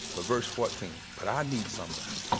but verse fourteen, but i need somebody.